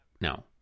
No